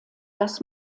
das